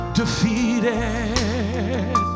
defeated